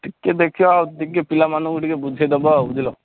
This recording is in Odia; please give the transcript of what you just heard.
ଟିକେ ଦେଖିବା ଆଉ ଟିକେ ପିଲାମାନଙ୍କୁ ଟିକେ ବୁଝେଇ ଦେବ ଆଉ ବୁଝିଲ